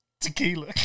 Tequila